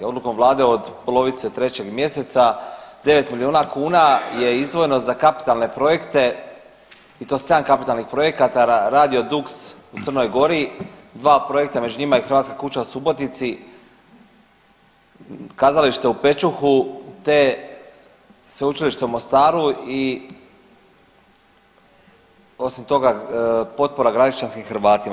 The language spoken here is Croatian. Odlukom vlade od polovice 3. mjeseca 9 milijuna kuna je izdvojeno za kapitalne projekte i to sedam kapitalnih projekata Radio Dux u Crnoj Gori, dva projekta među njima je i Hrvatska kuća u Subotici, Kazalište u Pečuhu te Sveučilište u Mostaru i osim toga potpora Gradišćanskim Hrvatima.